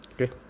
okay